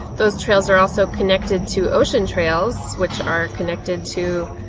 those trails are also connected to ocean trails, which are connected to